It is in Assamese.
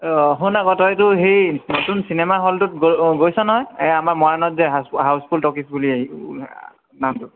শুন আকৌ তইতো সেই নতুন চিনেমা হলটোত গ গৈছ নহয় এই আমাৰ মৰাণত যে হা হাউচফুল ট'কিজ বুলি নামটো